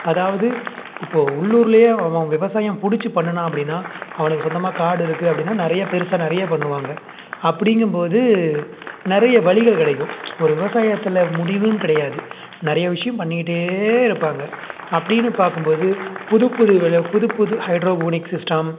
அதாவது இப்போது உள்ளூர்லேயே அவன் விவசாயம் பிடிச்சி பண்ணினான் அப்படின்னா அவனுக்கு சொந்தமாக காடு இருக்குது அப்படின்னா நிறைய பெருசாக நிறைய பண்ணுவாங்க அப்படிங்கம்போது நிறைய வழிகள் கிடைக்கும் ஒரு விவசாயத்தில் முடிவுன்னு கிடையாது நிறைய விஷயம் பண்ணிக்கிட்டே இருப்பாங்க அப்படின்னு பார்க்கும்போது புது புது வெலை புது புது ஹைட்ரோபோனிக் சிஸ்டம்